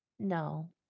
No